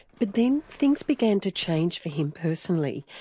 but then things began to change for him personally,